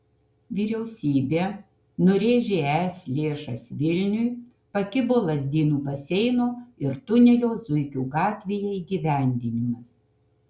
vyriausybė nurėžė es lėšas vilniui pakibo lazdynų baseino ir tunelio zuikių gatvėje įgyvendinimas